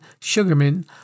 Sugarman